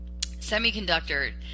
semiconductor